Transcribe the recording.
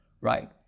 right